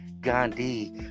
Gandhi